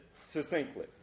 succinctly